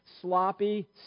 sloppy